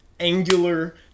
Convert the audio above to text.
Angular